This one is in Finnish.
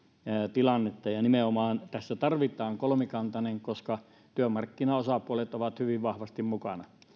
tilannetta ja nimenomaan tässä tarvitaan kolmikantainen koska työmarkkinaosapuolet ovat hyvin vahvasti mukana